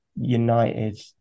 United